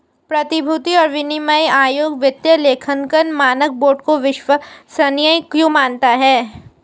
प्रतिभूति और विनिमय आयोग वित्तीय लेखांकन मानक बोर्ड को विश्वसनीय क्यों मानता है?